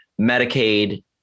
Medicaid